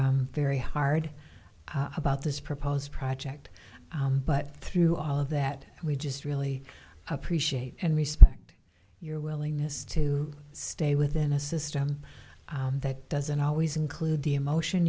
very hard about this proposed project but through all of that we just really appreciate and respect your willingness to stay within a system that doesn't always include the emotion